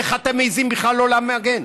איך אתם מעיזים בכלל שלא למגן?